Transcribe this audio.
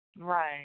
Right